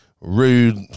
rude